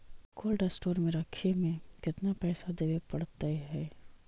Cold store में रखे में केतना पैसा देवे पड़तै है?